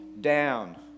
down